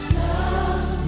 love